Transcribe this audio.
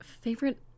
favorite